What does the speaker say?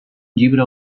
llibre